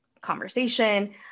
conversation